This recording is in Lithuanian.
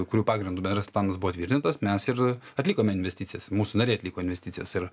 kurių pagrindu bendras planas buvo tvirtintas mes ir atlikome investicijas mūsų nariai atliko investicijas ir